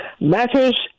Matters